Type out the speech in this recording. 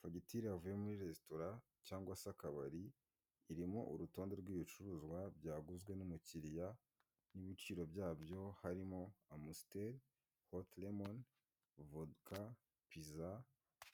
Fagitire yavuye muri resitora cyangwase akabari irimo urutonde rw' ibicuruzwa byaguzwe n' umukiriya n' ibiciro byabyo harimo : amusiteri, Hoti rimoni, vuduka, pizza,